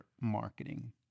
marketing